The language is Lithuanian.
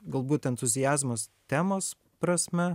galbūt entuziazmas temos prasme